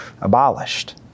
abolished